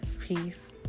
peace